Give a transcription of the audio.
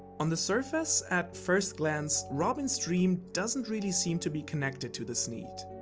on the surface, at first glance, robin's dream doesn't really seem to be connected to this need.